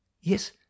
yes